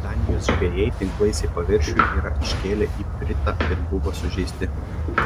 danijos žvejai tinklais į paviršių yra iškėlę ipritą ir buvo sužeisti